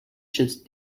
should